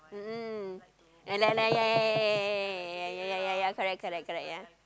mmhmm and like yeah yeah yeah yeah yeah yeah yeah yeah yeah correct correct yeah